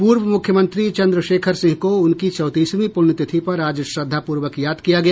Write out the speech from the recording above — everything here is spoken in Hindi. पूर्व मुख्यमंत्री चंद्रशेखर सिंह को उनकी चौंतीसवीं पुण्यतिथि पर आज श्रद्धापूर्वक याद किया गया